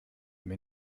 mir